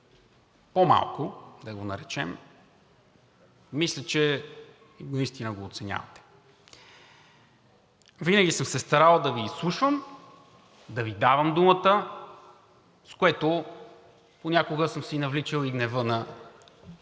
по-малко, да го наречем, мисля, че наистина го оценявате. Винаги съм се старал да Ви изслушвам, да Ви давам думата, с което понякога съм си навличал и гнева на